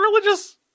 religious